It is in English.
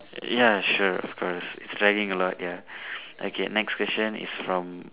ya sure of course it's dragging a lot ya okay next question is from